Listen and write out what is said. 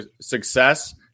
success